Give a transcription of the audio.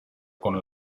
con